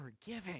forgiving